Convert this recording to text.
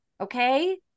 okay